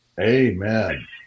Amen